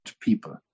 people